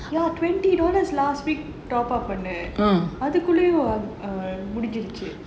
ya twenty dollars last week top up பண்ணினேன் அதுக்குள்ளையும் முடுஞ்சுருச்சு:panninnaen athukullayum mudunjuruchu